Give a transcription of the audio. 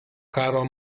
karo